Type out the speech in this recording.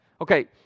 Okay